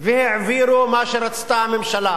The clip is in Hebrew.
והעבירו מה שרצתה הממשלה.